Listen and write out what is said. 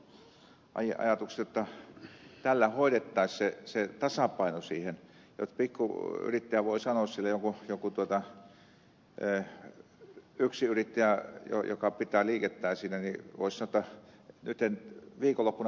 sen takia tämmöiset on toivomusajatuksia jotta tällä hoidettaisiin se tasapaino siihen jotta pikkuyrittäjä voi sanoa sille joku yksinyrittäjä joka pitää liikettään siinä jotta nyt en viikonloppuna pidäkään auki sitä